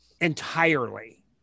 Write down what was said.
entirely